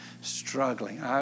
struggling